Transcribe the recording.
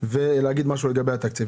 ולהגיד משהו לגבי התקציב.